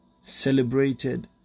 celebrated